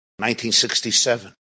1967